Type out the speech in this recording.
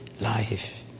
life